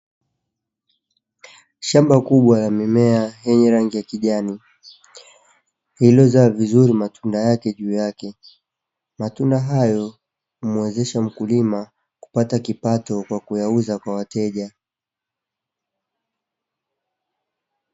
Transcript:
Shamba kubwa lenye mimea yenye rangi ya kijani, lililozaa vizuri matunda yake juu yake. Matunda hayo humwezesha mkulima, kupata kipato kwa kuyauza kwa wateja.